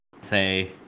say